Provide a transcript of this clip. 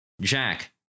Jack